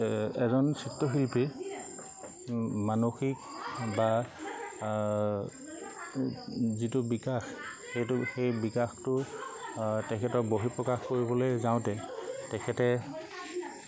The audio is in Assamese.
এজন চিত্ৰশিল্পী মানসিক বা যিটো বিকাশ সেইটো সেই বিকাশটো তেখেতৰ বহি প্ৰকাশ কৰিবলৈ যাওঁতে তেখেতে